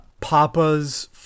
Papa's